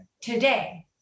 today